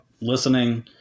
listening